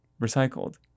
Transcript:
recycled